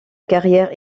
carrière